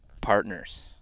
partners